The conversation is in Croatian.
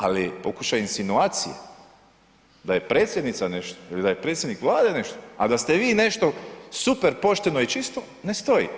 Ali, pokušaj insinuacije da je predsjednica nešto ili da je predsjednik Vlade nešto, a da ste vi nešto super pošteno i čisto, ne stoji.